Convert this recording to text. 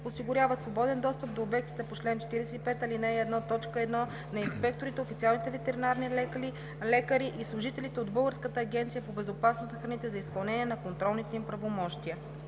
осигуряват свободен достъп до обектите по чл. 45, ал. 1, т. 1 на инспекторите, официалните ветеринарни лекари и служителите от Българската агенция по безопасност на храните за изпълнение на контролните им правомощия“.